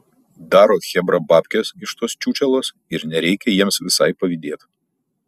daro chebra babkes iš tos čiūčelos ir nereikia jiems visai pavydėt